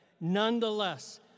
Nonetheless